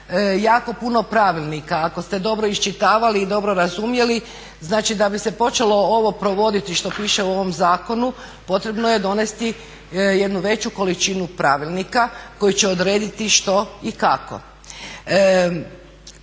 jako puno pravilnika. Ako ste dobro iščitavali i dobro razumjeli znači da bi se počelo ovo provoditi što piše u ovom zakonu potrebno je donesti jednu veću količini pravilnika koji će odrediti što i kako.